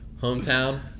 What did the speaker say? hometown